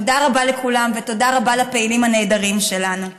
תודה רבה לכולם ותודה רבה לפעילים הנהדרים שלנו.